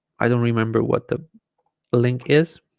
i don't remember what the link is